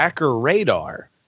Radar